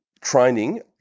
training